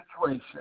situation